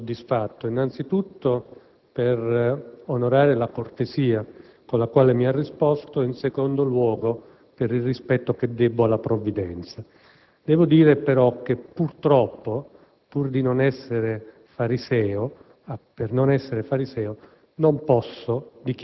mi farebbe piacere dichiararmi soddisfatto, innanzi tutto per onorare la cortesia con la quale mi ha risposto e, in secondo luogo, per il rispetto che debbo alla provvidenza. Purtroppo però, per non essere fariseo,